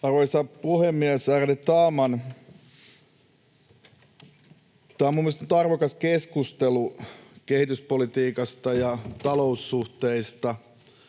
Arvoisa puhemies, ärade talman! Tämä on mielestäni nyt arvokas keskustelu kehityspolitiikasta ja taloussuhteista